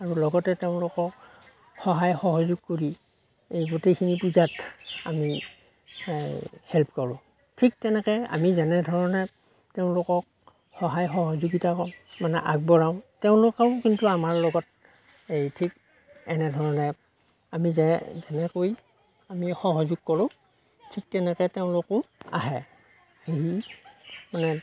আৰু লগতে তেওঁলোকক সহায় সহযোগ কৰি এই গোটেইখিনি পূজাত আমি এই হেল্প কৰোঁ ঠিক তেনেকৈ আমি যেনেধৰণে তেওঁলোকক সহায় সহযোগিতা কৰোঁ মানে আগবঢ়াও তেওঁলোকেও কিন্তু আমাৰ লগত এই ঠিক এনেধৰণে আমি যে যেনেকৈ আমি সহযোগ কৰোঁ ঠিক তেনেকৈ তেওঁলোকো আহে সেই মানে